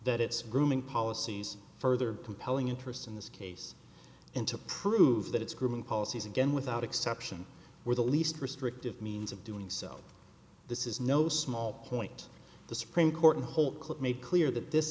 that it's grooming policies further compelling interest in this case and to prove that it's grooming policies again without exception or the least restrictive means of doing so this is no small point the supreme court in the whole clip made clear that this